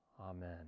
Amen